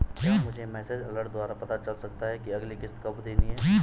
क्या मुझे message alert द्वारा पता चल सकता कि अगली किश्त कब देनी है?